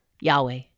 Yahweh